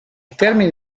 termine